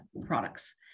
products